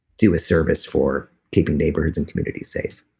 do a service for keeping neighbors and community safe